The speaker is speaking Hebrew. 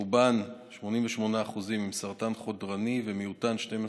רובן, 88%, עם סרטן חודרני, ומיעוטן, 12%,